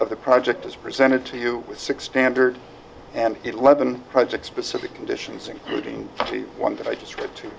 of the project as presented to you with six standard and eleven projects specific conditions including the one that i just read to